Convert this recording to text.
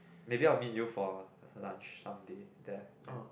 maybe I'll meet you for lunch someday there